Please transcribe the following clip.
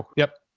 yep.